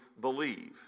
believe